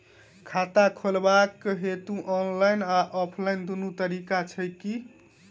खाता खोलेबाक हेतु ऑनलाइन आ ऑफलाइन दुनू तरीका छै की?